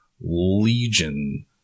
legion